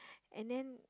and then